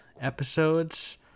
episodes